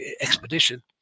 expedition